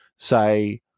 say